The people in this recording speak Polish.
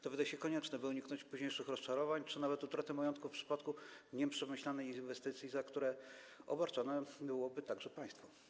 To wydaje się konieczne, by uniknąć późniejszych rozczarowań czy nawet utraty majątku w przypadku nieprzemyślanej inwestycji, czym obarczone byłoby także państwo.